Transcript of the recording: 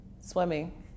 swimming